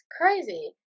crazy